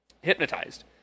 Hypnotized